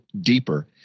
deeper